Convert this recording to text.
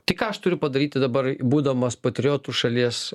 tai ką aš turiu padaryti dabar būdamas patriotu šalies